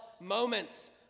moments